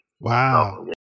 Wow